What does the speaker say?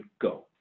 go